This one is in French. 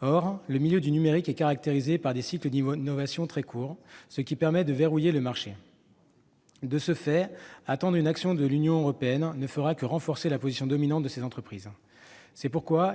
Or le milieu du numérique se caractérise par des cycles d'innovation très courts, ce qui permet de verrouiller le marché. Attendre une action de l'Union européenne ne fera donc que renforcer la position dominante de ces entreprises. Aussi,